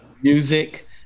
music